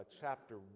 chapter